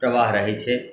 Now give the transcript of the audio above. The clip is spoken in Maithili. प्रवाह रहैत छै